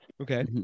Okay